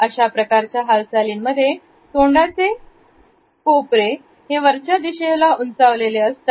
अशा प्रकारच्या हालचालीमध्ये तोंडाचे किनार हे वरच्या दिशेला उंचावले असते